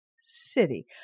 city